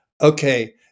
okay